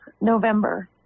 November